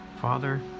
Father